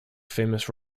famous